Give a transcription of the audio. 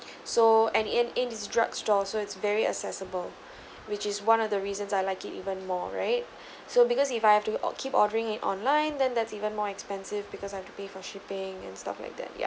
so and in in's drug store so it's very accessible which is one of the reasons I like it even more right so because if I have to keep ordering online then that's even more expensive because I have to pay for shipping and stuff like that yeah